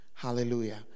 hallelujah